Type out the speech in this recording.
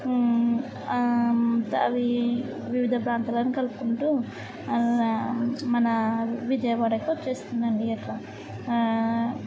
అది వివిధ ప్రాంతాలను కలుపుకుంటూ మన విజయవాడకు వచ్చేస్తుంది అండి అట్లా